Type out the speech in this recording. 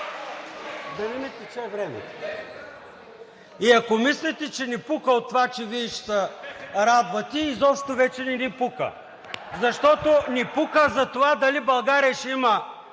Да не ми тече времето. И ако мислите, че ни пука от това, че Вие ще се радвате – изобщо вече не ни пука, защото ни пука за това дали България ще има